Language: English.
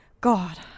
God